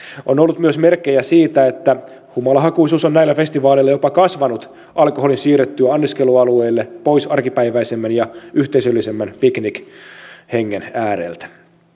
on ollut myös merkkejä siitä että humalahakuisuus on näillä festivaaleilla jopa kasvanut alkoholin siirryttyä anniskelualueelle pois arkipäiväisemmän ja yhteisöllisemmän piknikhengen ääreltä